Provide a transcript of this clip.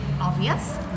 obvious